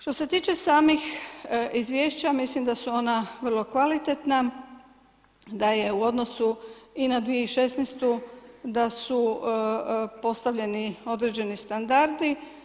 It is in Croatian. Što se tiče samih izvješća, mislim da su ona vrlo kvalitetna, da je u odnosu i na 2016. da su postavljeni određeni standardi.